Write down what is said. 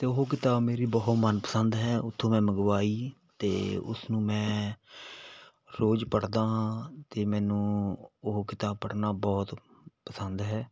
ਅਤੇ ਉਹ ਕਿਤਾਬ ਮੇਰੀ ਬਹੁਤ ਮਨ ਪਸੰਦ ਹੈ ਉੱਥੋਂ ਮੈਂ ਮੰਗਵਾਈ ਅਤੇ ਉਸਨੂੰ ਮੈਂ ਰੋਜ਼ ਪੜ੍ਹਦਾ ਹਾਂ ਅਤੇ ਮੈਨੂੰ ਉਹ ਕਿਤਾਬ ਪੜ੍ਹਨਾ ਬਹੁਤ ਪਸੰਦ ਹੈ